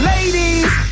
Ladies